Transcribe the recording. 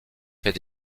fait